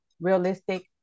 realistic